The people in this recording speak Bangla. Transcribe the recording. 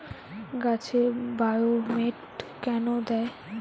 গাছে বায়োমেট কেন দেয়?